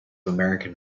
american